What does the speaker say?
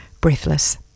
Breathless